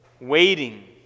Waiting